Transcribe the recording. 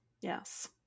yes